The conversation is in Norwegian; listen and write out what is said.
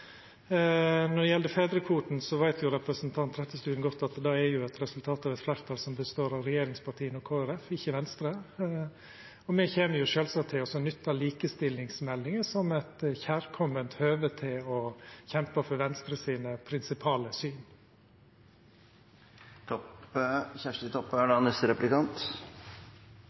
Når det gjeld fedrekvoten, veit representanten Trettebergstuen godt at det er eit resultat av eit fleirtal som består av regjeringspartia og Kristeleg Folkeparti – ikkje Venstre. Me kjem sjølvsagt til å nytta likestillingsmeldinga som eit kjærkome høve til å kjempa for Venstre sine prinsipale syn. Barnehage er